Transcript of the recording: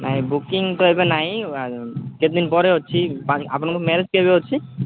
ନାହିଁ ବୁକିଂ ତ ଏବେ ନାଇ କେତେଦିନ ପରେ ଅଛି ଆପଣଙ୍କ ମ୍ୟାରେଜ୍ କେବେ ଅଛି